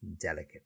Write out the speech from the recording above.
delicate